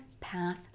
Path